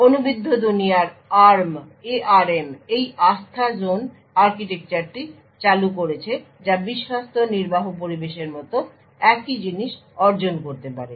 অনুবিদ্ধ দুনিয়ার আর্ম এই আস্থা জুন আর্কিটেকচারটি চালু করেছে যা বিশ্বস্ত নির্বাহ পরিবেশের মত একই জিনিস অর্জন করতে পারে